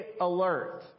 alert